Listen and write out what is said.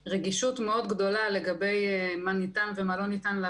כפי שהם אמורים לשקף,